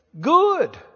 good